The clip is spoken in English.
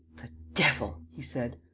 the devil! he said.